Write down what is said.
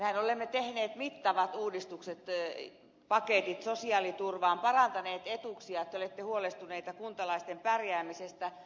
mehän olemme tehneet mittavat uudistuspaketit sosiaaliturvaan parantaneet etuuksia ja te olette huolestuneita kuntalaisten pärjäämisestä